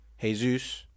Jesus